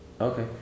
okay